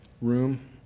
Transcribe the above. room